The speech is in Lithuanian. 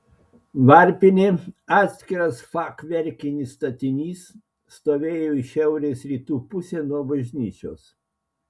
varpinė atskiras fachverkinis statinys stovėjo į šiaurės rytų pusę nuo bažnyčios